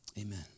Amen